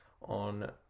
on